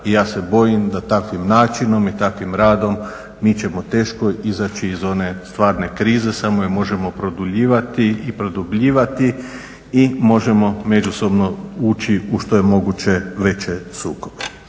i ja se bojim da takvim načinom i takvim radom mi ćemo teško izaći iz one stvarne krize, samo je možemo produljivati i produbljivati i možemo međusobno ući u što je moguće veće sukobe.